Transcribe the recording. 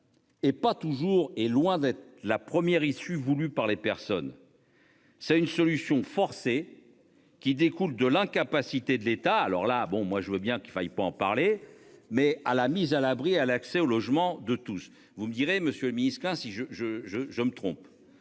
Et pas toujours est loin d'être la première issue voulue par les personnes. C'est une solution forcé. Qui découle de l'incapacité de l'État. Alors là, bon moi je veux bien qu'il faille pas en parler. Mais à la mise à l'abri à l'accès au logement de tous. Vous me direz, monsieur Misca si je je je je me trompe,